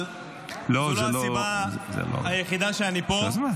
אבל זו לא הסיבה שאני פה.